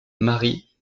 marie